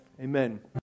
Amen